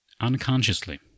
unconsciously